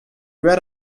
read